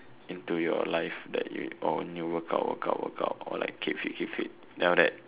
into your life that you oh need work out work out work out keep fit keep fit keep fit then after that